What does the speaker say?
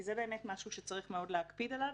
זה באמת משהו שצריך מאוד להקפיד עליו.